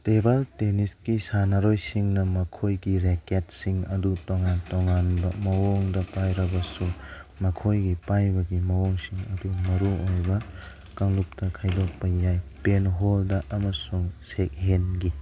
table ꯇꯦꯅꯤꯁꯀꯤ ꯁꯥꯟꯅꯔꯣꯏꯁꯤꯡꯅ ꯃꯈꯣꯏꯒꯤ ꯔꯦꯛꯀꯦꯠꯁꯤꯡ ꯑꯗꯨ ꯇꯣꯡꯉꯥꯟ ꯇꯣꯡꯉꯥꯟꯕ ꯃꯑꯣꯡꯗ ꯄꯥꯏꯔꯕꯁꯨ ꯃꯈꯣꯏꯒꯤ ꯄꯥꯏꯕꯒꯤ ꯃꯑꯣꯡꯁꯤꯡ ꯑꯗꯨ ꯃꯔꯨꯑꯣꯏꯕ ꯀꯥꯡꯂꯨꯞꯇ ꯈꯥꯏꯗꯣꯛꯄ ꯌꯥꯏ ꯄꯦꯟꯍꯣꯜꯗ ꯑꯃꯁꯨꯡ ꯁꯦꯛꯍꯦꯟꯒꯤ